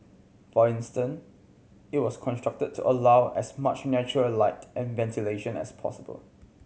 for instance it was constructed to allow as much natural light and ventilation as possible